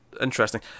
interesting